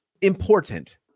important